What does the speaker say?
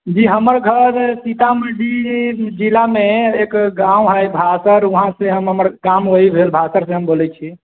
जी हमर घर सीतामढ़ी जिला मे एक गाँव हय भासर वहां से हम हमर गाम वहीँ भेल भासर से हम बोलै छी